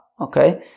Okay